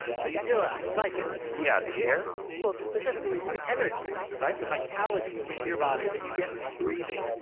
so you feel that, inside you. yeah, the air? well, specifically the energy, right, the vitality in your body that you get from breathing,